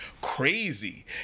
crazy